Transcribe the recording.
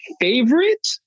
favorite